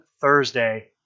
Thursday